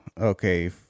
okay